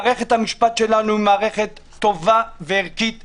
מערכת המשפט שלנו היא טובה וערכית ורצינית.